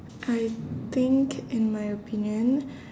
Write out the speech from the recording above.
I think in my opinion